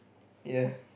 yea